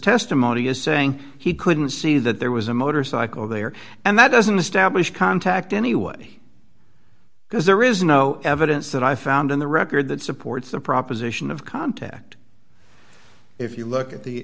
testimony is saying he couldn't see that there was a motorcycle there and that doesn't establish contact anyway because there is no evidence that i found in the record that supports the proposition of contact if you look at the